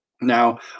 Now